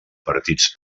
partits